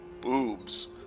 boobs